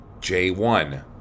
J1